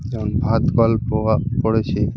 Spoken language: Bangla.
যেমন ভাত গল্প বা পড়েছি